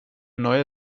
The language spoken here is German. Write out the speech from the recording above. neue